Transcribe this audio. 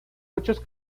muchos